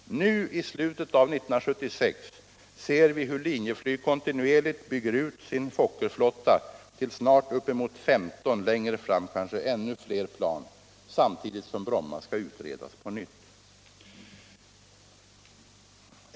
Nu i slutet av 1976 ser vi hur Linjeflyg kontinuerligt bygger ut sin Fokkerflotta till att snart omfatta uppemot 15, längre fram kanske ännu fler plan. Detta sker samtidigt som Bromma skall utredas på nytt.